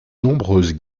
nombreuses